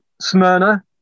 Smyrna